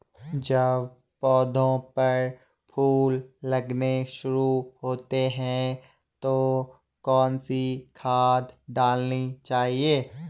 जब पौधें पर फूल लगने शुरू होते हैं तो कौन सी खाद डालनी चाहिए?